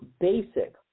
basic